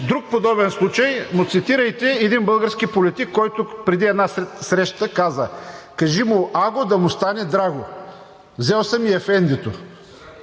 друг подобен случай му цитирайте един български политик, който преди една среща каза: „Кажи му аго, да му стане драго! Взел съм и ефендито.“